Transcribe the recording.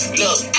look